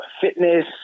fitness